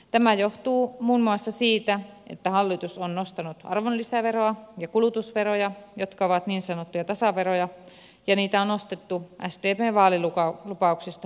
tämä johtuu muun muassa siitä että hallitus on nostanut arvonlisäveroa ja kulutusveroja jotka ovat niin sanottuja tasaveroja ja niitä on nostettu sdpn vaalilupauksista huolimatta